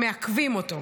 מעכבים אותו.